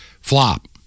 flop